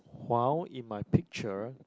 while in my picture